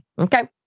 Okay